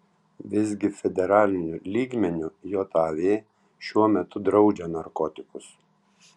visgi federaliniu lygmeniu jav šiuo metu draudžia narkotikus